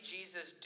Jesus